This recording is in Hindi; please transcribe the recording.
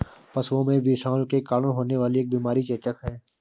पशुओं में विषाणु के कारण होने वाली एक बीमारी चेचक है